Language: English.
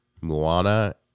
Moana